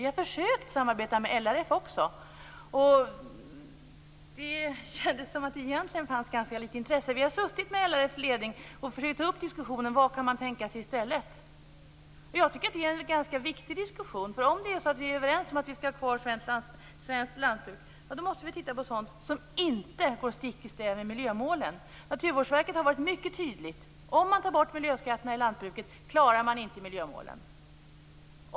Vi har försökt att samarbeta också med LRF, men det har känts som om det där har funnits ganska lite av intresse. Vi har suttit tillsammans med LRF:s ledning och försökt ta upp en diskussion om vad den kan tänka sig i stället. Jag tycker att detta är en ganska viktig diskussion. Om vi är överens om att ha kvar svenskt lantbruk, måste vi titta på sådant som inte går stick i stäv emot miljömålen. Naturvårdsverket har varit mycket tydligt: Om man tar bort miljöskatterna i lantbruket, klarar vi inte miljömålen.